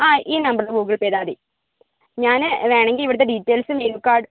ആ ഈ നമ്പറില് ഗൂഗിൾ പേ ചെയ്താൽ മതി ഞാനെ വേണമെങ്കിൽ ഇവിടുത്തെ ഡീറ്റെയിൽസും മെനു കാർഡ്